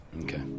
Okay